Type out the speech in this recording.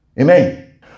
Amen